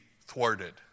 thwarted